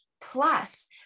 plus